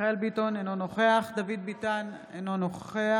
מיכאל מרדכי ביטון, אינו נוכח דוד ביטן, אינו נוכח